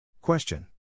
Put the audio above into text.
Question